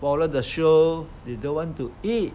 follow the show they don't want to eat